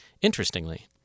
Interestingly